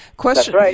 Question